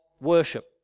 worship